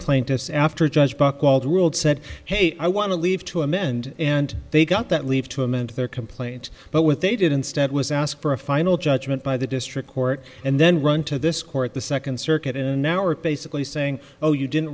plaintiffs after judge buchwald ruled said hey i want to leave to amend and they got that leave to amend their complaint but what they did instead was ask for a final judgment by the district court and then run to this court the second circuit and now we're basically saying oh you didn't